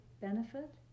benefit